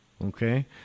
Okay